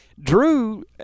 Drew